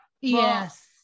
Yes